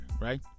Right